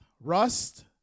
rust